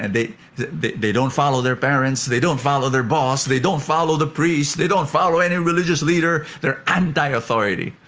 and they they they don't follow their parents. they don't follow their boss. they don't follow the priests. they don't follow any religious leader. they're anti-authority.